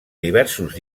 diversos